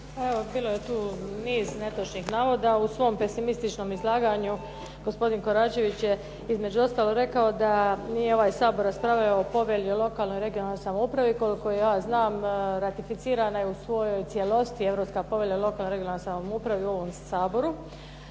bilo je tu niz netočnih navoda, a u svom pesimističnom izlaganju gospodin Koračević je između ostalog rekao da nije ovaj Sabor raspravljao o Povelji o lokalnoj regionalnoj samoupravi. Koliko ja znam ratificirana je u svojoj cijelosti Europska povelja o lokalnoj regionalnoj samoupravi u ovom Saboru.